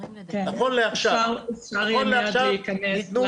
לעכשיו ניתנו